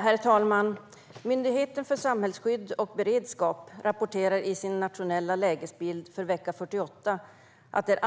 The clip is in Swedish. Herr talman! Myndigheten för samhällsskydd och beredskap rapporterar i sin nationella lägesbild för vecka 48 att det är